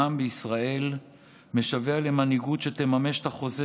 העם בישראל משווע למנהיגות שתממש את החוזה